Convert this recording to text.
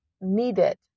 needed